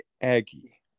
Aggie